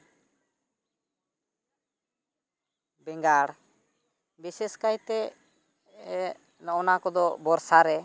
ᱵᱮᱸᱜᱟᱲ ᱵᱤᱥᱮᱥ ᱠᱟᱭᱛᱮ ᱱᱚᱜᱼᱚᱸᱭ ᱱᱚᱣᱟ ᱠᱚᱫᱚ ᱵᱚᱨᱥᱟ ᱨᱮ